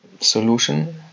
solution